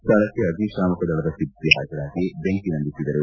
ಸ್ಥಳಕ್ಕೆ ಅಗ್ನಿಶಾಮಕ ದಳದ ಸಿಬ್ಬಂದಿ ಹಾಜರಾಗಿ ಬೆಂಕಿ ನಂದಿಸಿದರು